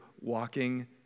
walking